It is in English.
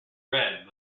red